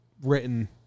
Written